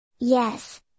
Yes